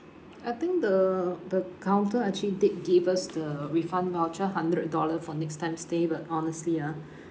I think the the counter actually did give us the refund voucher hundred dollar for next time stay but honestly ah